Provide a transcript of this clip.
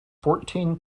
fourteen